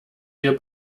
wir